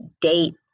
date